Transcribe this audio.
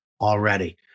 already